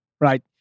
right